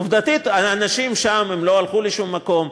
עובדתית, האנשים שם לא הלכו לשום מקום.